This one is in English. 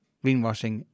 greenwashing